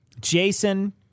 Jason